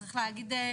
צריך להגיד.